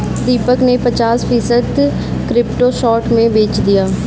दीपक ने पचास फीसद क्रिप्टो शॉर्ट में बेच दिया